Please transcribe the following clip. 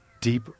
deep